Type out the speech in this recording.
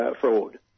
fraud